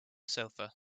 sofa